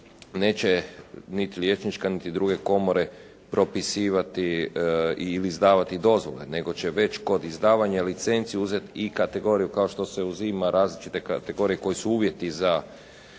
neće niti liječnička niti druge komore propisivati ili izdavati dozvole, nego će već kod izdavanja licenci uzeti i kategoriju kao što se uzima različite kategorije koji su uvjeti za